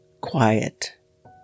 quiet